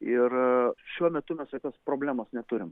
ir šiuo metu mes tokios problemos neturim